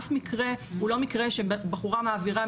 אף מקרה הוא לא מקרה שבחורה מעבירה,